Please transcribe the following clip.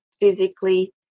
physically